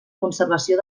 conservació